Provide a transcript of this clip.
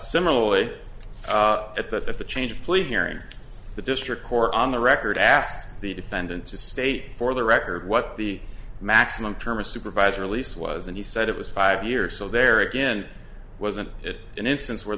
similarly at the at the change of police here in the district court on the record asked the defendant to state for the record what the maximum term supervisor release was and he said it was five years so there again wasn't it an instance where